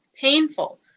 painful